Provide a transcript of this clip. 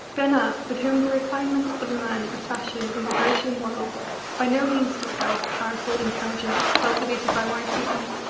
bernard, with whom the refinements of a man of fashion in the parisian world by no means disguise a powerful intelligence cultivated by wide reading,